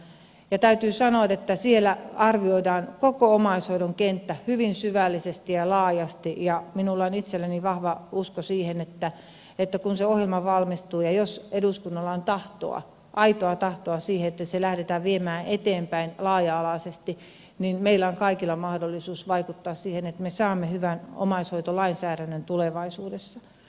täytyy sanoa että siellä arvioidaan koko omaishoidon kenttä hyvin syvällisesti ja laajasti ja minulla on itselläni vahva usko siihen että kun se ohjelma valmistuu ja jos eduskunnalla on tahtoa aitoa tahtoa siihen että se lähdetään viemään eteenpäin laaja alaisesti niin meillä on kaikilla mahdollisuus vaikuttaa siihen että me saamme hyvän omaishoitolainsäädännön tulevaisuudessa